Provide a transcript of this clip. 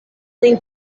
lin